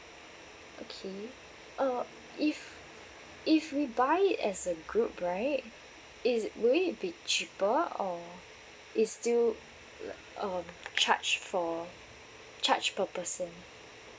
okay uh if if we buy it as a group right is it will it be cheaper or it's still like uh charge for charge per person